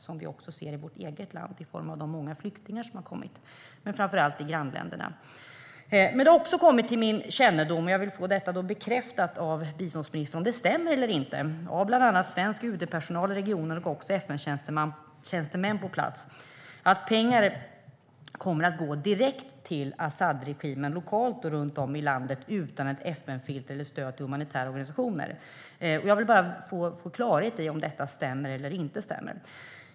Det ser vi i vårt eget land i form av de många flyktingar som har kommit men framför allt i Syriens grannländer. Det har också kommit till min kännedom från bland annat svensk UD-personal i regionen och FN-tjänstemän på plats att pengar kommer att gå direkt till Asadregimen, lokalt och runt om i landet, utan ett FN-filter eller stöd till humanitära organisationer. Jag vill få detta bekräftat av biståndsministern. Kan jag få klarhet i om detta stämmer eller inte?